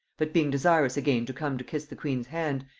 but being desirous again to come to kiss the queen's hand,